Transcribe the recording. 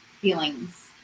feelings